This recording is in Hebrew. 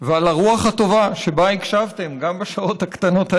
ועל הרוח הטובה שבה הקשבתם גם בשעות הקטנות האלה.